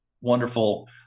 wonderful